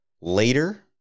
later